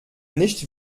nicht